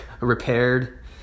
repaired